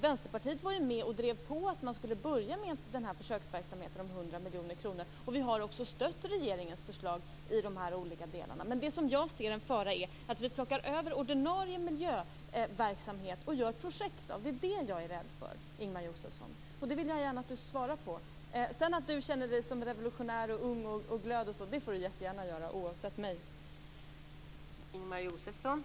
Vänsterpartiet var med och drev på att börja försöksverksamheten om 100 miljoner kronor. Vi har också stött regeringens förslag i de olika delarna. Jag ser en fara i att plocka över ordinarie miljöverksamheter och göra projekt av dem. Jag är rädd för det, Ingemar Josefsson. Jag vill gärna höra ett svar. Ingemar Josefsson får jättegärna känna sig som en revolutionär, ung och glad.